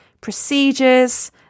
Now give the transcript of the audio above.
procedures